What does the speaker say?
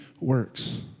works